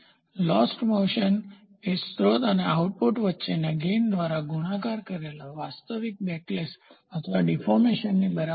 lost મોસનખોવાયેલી ગતિ એ સ્રોત અને આઉટપુટ વચ્ચેના ગેઇનલાભ દ્વારા ગુણાકાર કરેલા વાસ્તવિક બેકલેશ અથવા ડીફોર્મશનની બરાબર છે